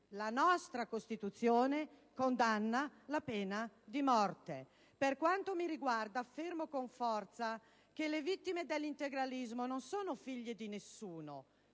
la nostra Costituzione condanna la pena di morte. Per quanto mi riguarda, affermo con forza che le vittime dell'integralismo non sono figlie di nessuno.